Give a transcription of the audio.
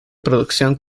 producción